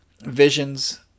Visions